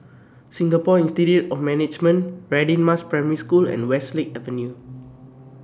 Singapore Institute of Management Radin Mas Primary School and Westlake Avenue